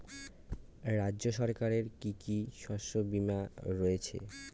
রাজ্য সরকারের কি কি শস্য বিমা রয়েছে?